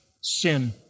sin